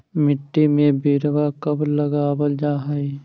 मिट्टी में बिरवा कब लगावल जा हई?